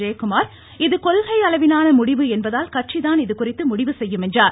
ஜெயக்குமார் இது கொள்கை அளவிலான முடிவு என்பதால் கட்சிதான் இதுகுறித்து முடிவு செய்யும் என்றார்